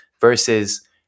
versus